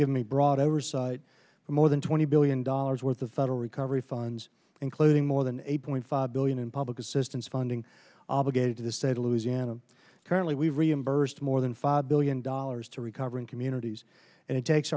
give me broad oversight for more than twenty billion dollars worth of federal recovery funds including more than eight point five billion in public assistance funding obligated to the state of louisiana currently reimbursed more than five billion dollars to recovering communities and it takes